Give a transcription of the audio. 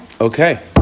Okay